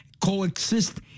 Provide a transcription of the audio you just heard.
coexist